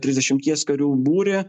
trisdešimties karių būrį